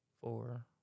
four